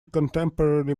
contemporary